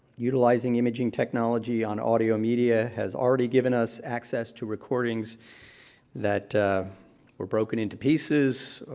utilizing imaging technology on audio media has already given us access to recordings that were broken into pieces,